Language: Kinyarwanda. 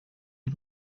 y’u